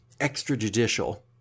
extrajudicial